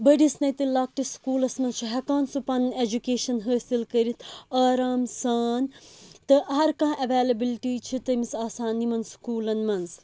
بٔڈِس نَے تہٕ لۅکٕٹِس سکوٗلَس منٛز چھُ ہٮ۪کان سُہ پَنُن ایجوٗکِیشَن حٲصِل کٔرِتھ آرام سان تہٕ ہَر کٲنٛہہ اِیویلبُلٹی چھِ تٔمِس آسان یِمَن سکوٗلَن منٛز